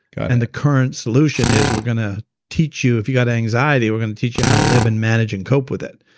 and the current solution is we're going to teach you. if you got anxiety we're going to teach you how to live and manage and cope with it.